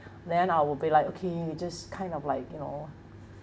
then I'll be like okay you just kind of like you know